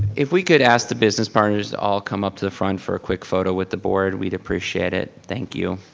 if we could ask the business partners to all come up to the front for a quick photo with the board, we'd appreciate it. thank you.